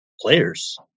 players